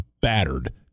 battered